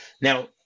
Now